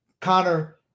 Connor